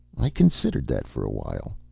i considered that for a while.